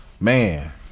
man